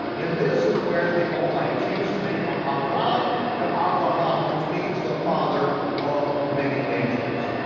and this is where the almighty changed his name from abram to um abraham, which means the father of many nations.